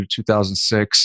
2006